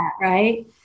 Right